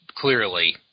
clearly